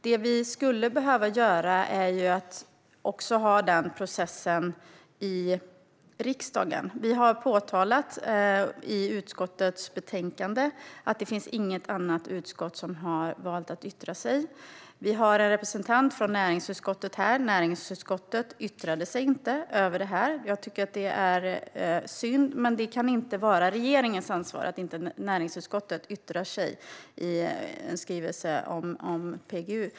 Det vi skulle behöva göra är att ha denna process också i riksdagen. Det framgår i utskottets betänkande att inget annat utskott har valt att yttra sig. Det finns en representant från näringsutskottet här, och näringsutskottet har inte yttrat sig i frågan. Det är synd. Men det kan inte vara regeringens ansvar att näringsutskottet inte yttrar sig över en skrivelse om PGU.